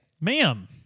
Ma'am